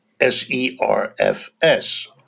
S-E-R-F-S